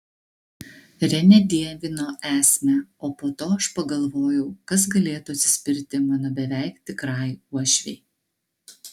renė dievino esmę o po to aš pagalvojau kas galėtų atsispirti mano beveik tikrai uošvei